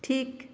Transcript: ঠিক